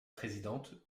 présidente